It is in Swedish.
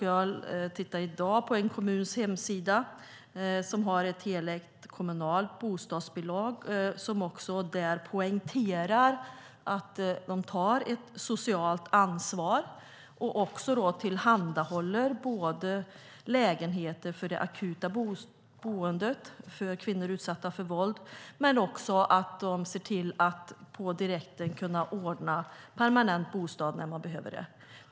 Jag tittade i dag på en kommuns hemsida som har ett helägt kommunalt bostadsbolag och som poängterar att de tar ett socialt ansvar och tillhandahåller lägenheter för det akuta boendebehovet hos kvinnor utsatta för våld men också ser till att på direkten ordna permanent bostad vid behov.